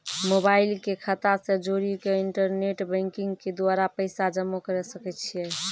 Mobile के खाता से जोड़ी के इंटरनेट बैंकिंग के द्वारा पैसा जमा करे सकय छियै?